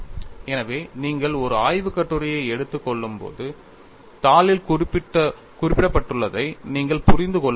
எனவே நீங்கள் ஒரு ஆய்வுக் கட்டுரையை எடுத்துக் கொள்ளும்போது தாளில் குறிப்பிடப்பட்டுள்ளதை நீங்கள் புரிந்து கொள்ள முடியும்